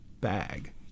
bag